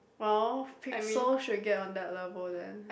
well Pixel should get on that level then